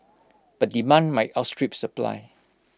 but demand might outstrip supply